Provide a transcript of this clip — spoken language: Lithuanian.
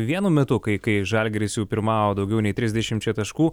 vienu metu kai kai žalgiris jau pirmavo daugiau nei trisdešimčia taškų